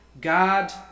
God